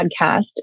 podcast